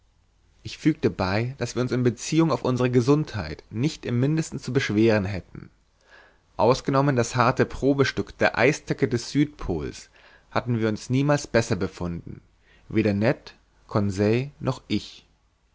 ich fügte bei daß wir uns in beziehung auf unsere gesundheit nicht im mindesten zu beschweren hatten ausgenommen das harte probestück der eisdecke des südpols hatten wir uns niemals besser befunden weder ned noch conseil noch ich